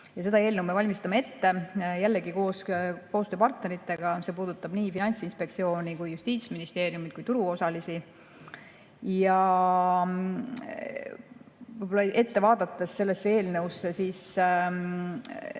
Seda eelnõu me valmistame ette jällegi koos koostööpartneritega. See puudutab nii Finantsinspektsiooni kui ka Justiitsministeeriumi, samuti turuosalisi. Võib-olla ette vaadates sellesse eelnõusse, siis